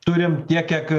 turim tiek kiek